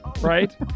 right